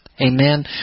Amen